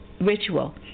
ritual